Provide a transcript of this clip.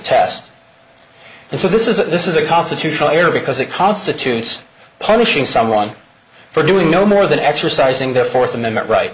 test and so this is this is a constitutional error because it constitutes punishing someone for doing no more than exercising their fourth amendment right